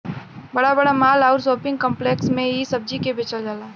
बड़ा बड़ा माल आउर शोपिंग काम्प्लेक्स में इ सब्जी के बेचल जाला